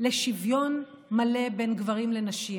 לשוויון מלא בין גברים לנשים.